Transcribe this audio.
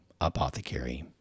Apothecary